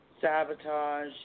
sabotage